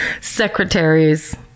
secretaries